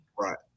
Right